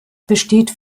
besteht